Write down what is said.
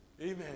Amen